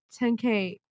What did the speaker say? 10k